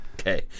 Okay